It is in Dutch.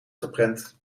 geprent